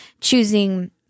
choosing